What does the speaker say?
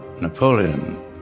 Napoleon